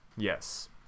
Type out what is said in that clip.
yes